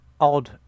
odd